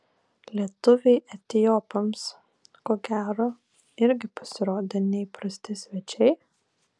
lietuviai etiopams ko gero irgi pasirodė neįprasti svečiai